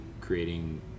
creating